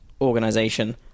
Organization